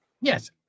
Yes